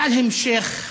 ועל המשך ה"עליהום".